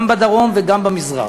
גם בדרום וגם במזרח.